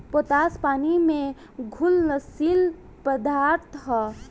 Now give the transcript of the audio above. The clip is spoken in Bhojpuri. पोटाश पानी में घुलनशील पदार्थ ह